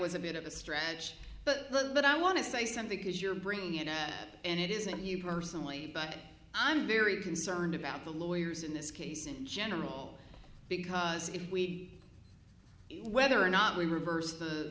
was a bit of a stretch but the but i want to say something because you're bringing it out and it isn't you personally but i'm very concerned about the lawyers in this case in general because if we whether or not we reverse the